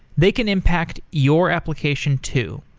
they can impact your application too.